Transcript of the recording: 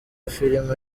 filime